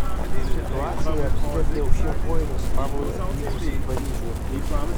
situacija apsivertė aukštyn kojomis pablui atvykus į paryžių